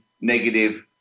negative –